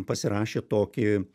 pasirašė tokį